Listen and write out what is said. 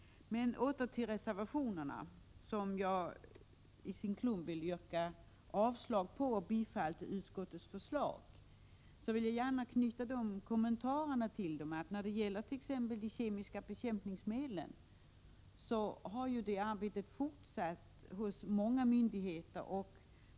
Åter till reservationerna, som jag i klump vill yrka avslag på samtidigt som jag yrkar bifall till utskottets förslag. Jag vill gärna knyta den kommentaren till reservationerna att när det gäller t.ex. de kemiska bekämpningsmedlen så har arbetet med den problematiken fortsatt hos många myndigheter.